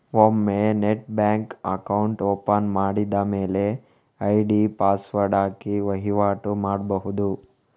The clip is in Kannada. ಒಮ್ಮೆ ನೆಟ್ ಬ್ಯಾಂಕ್ ಅಕೌಂಟ್ ಓಪನ್ ಮಾಡಿದ ಮೇಲೆ ಐಡಿ ಪಾಸ್ವರ್ಡ್ ಹಾಕಿ ವೈವಾಟು ಮಾಡ್ಬಹುದು